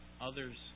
others